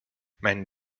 men